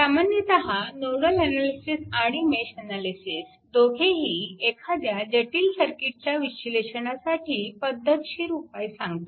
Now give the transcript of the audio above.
सामान्यतः nodal analysis आणि mesh analysis दोघेही एखाद्या जटिल सर्किटच्या विश्लेषणासाठी पद्धतशीर उपाय सांगतात